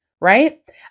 right